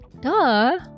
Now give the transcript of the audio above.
duh